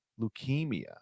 leukemia